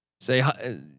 Say